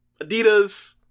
Adidas